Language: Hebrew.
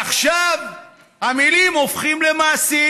עכשיו המילים הופכות למעשים,